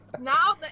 now